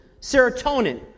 serotonin